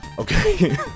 Okay